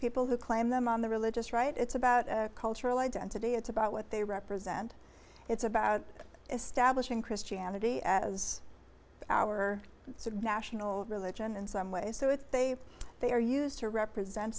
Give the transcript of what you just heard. people who claim them on the religious right it's about cultural identity it's about what they represent it's about establishing christianity as our national religion in some way so it's they've they are used to represent